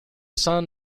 son